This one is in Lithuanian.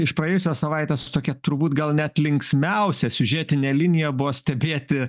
iš praėjusios savaitės tokia turbūt gal net linksmiausia siužetine linija buvo stebėti